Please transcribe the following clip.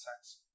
sex